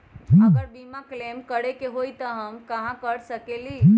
अगर बीमा क्लेम करे के होई त हम कहा कर सकेली?